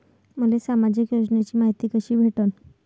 मले सामाजिक योजनेची मायती कशी भेटन?